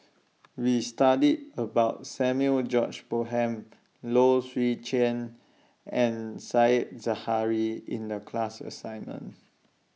We studied about Samuel George Bonham Low Swee Chen and Said Zahari in The class assignment